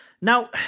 now